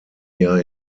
jahr